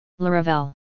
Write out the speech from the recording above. Laravel